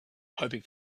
hoping